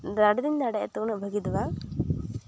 ᱫᱟᱲᱮ ᱫᱩᱧ ᱫᱟᱲᱮᱭᱟᱜᱼᱟ ᱛᱚ ᱩᱱᱟᱹᱜ ᱵᱷᱟᱹᱜᱤ ᱫᱚ ᱵᱟᱝ